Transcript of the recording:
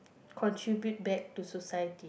contribute back to society